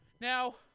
Now